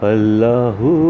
Allahu